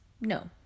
no